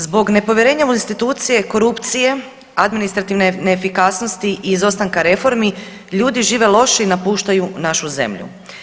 Zbog nepovjerenja u institucije, korupcije, administrativne neefikasnosti, izostanka reformi ljudi žive lošije i napuštaju našu zemlju.